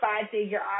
five-figure